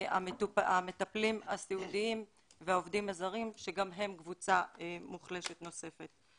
המטפלים הסיעודיים והעובדים הזרים שגם הם קבוצה מוחלשת נוספת.